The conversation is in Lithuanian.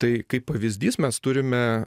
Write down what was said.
tai kaip pavyzdys mes turime